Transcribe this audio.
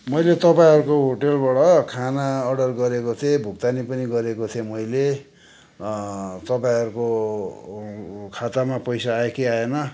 मैले तपाईँहरूको होटेलबाट खाना अर्डर गरेको थिएँ भुग्तानी पनि गरेको थिएँ मैले तपाईँहरूको खातामा पैसा आयो कि आएन